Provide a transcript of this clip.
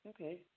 Okay